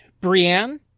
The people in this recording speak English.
Brienne